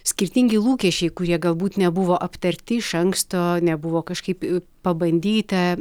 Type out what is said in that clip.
skirtingi lūkesčiai kurie galbūt nebuvo aptarti iš anksto nebuvo kažkaip pabandyta